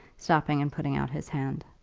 stopping and putting out his hand.